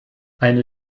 eine